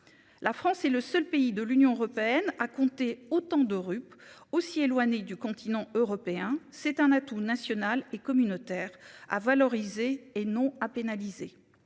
La France est le seul pays de l'Union européenne à compter autant de rue aussi éloigné du continent européen, c'est un atout national et communautaire à valoriser et non à pénaliser.